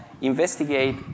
investigate